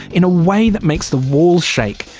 in a way that makes the walls shake.